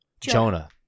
jonah